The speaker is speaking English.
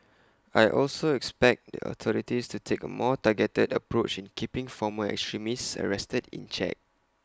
I also expect the authorities to take A more targeted approach in keeping former extremists arrested in check